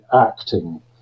acting